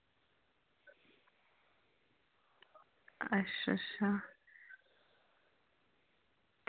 अच्छा अच्छा